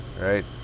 Right